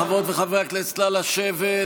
חברות וחברי הכנסת נא לשבת.